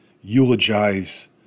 eulogize